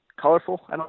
colorful